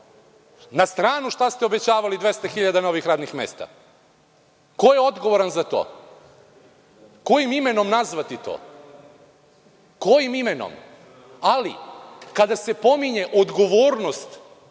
Na stranu što ste obećavali 200 hiljada novih radnih mesta. Ko je odgovoran za to? Kojim imenom nazvati to? Kojim imenom? Ali, kada se pominje odgovornost